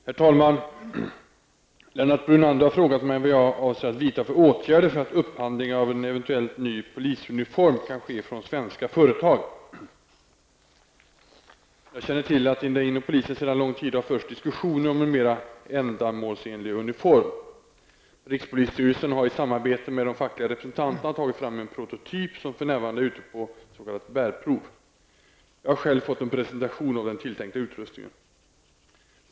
Herr talman! Lennart Brunander har frågat mig vad jag avser att vidta för åtgärder för att upphandlingen av en eventuell ny polisuniform kan ske från svenska företag. Jag känner till att det inom polisen sedan lång tid har förts diskussioner om en mer ändamålsenlig uniform. Rikspolisstyrelsen har i samarbete med de fackliga representanterna tagit fram en prototyp som för närvarande är ute på s.k. bärprov. Jag har själv fått en presentation av den tilltänkta utrustningen.